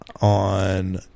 on